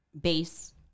base